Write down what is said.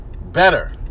better